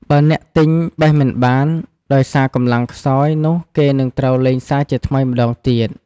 បើអ្នកទិញបេះមិនបាន ដោយសារកម្លាំងខ្សោយ នោះគេនឹងត្រូវលេងសាជាថ្មីម្តងទៀត ។